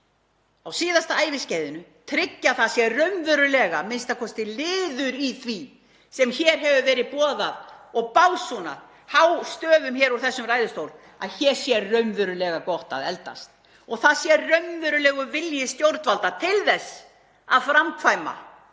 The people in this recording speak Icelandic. á síðasta æviskeiðinu, tryggja að það sé raunverulega a.m.k. liður í því sem hér hefur verið boðað og básúnað hástöfum hér úr þessum ræðustól, að hér sé raunverulega gott að eldast og það sé raunverulegur vilji stjórnvalda til þess að framkvæma